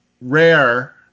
rare